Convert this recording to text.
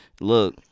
look